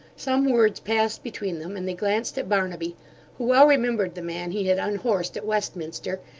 some words passed between them, and they glanced at barnaby who well remembered the man he had unhorsed at westminster,